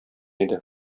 иде